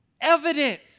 Evident